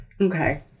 Okay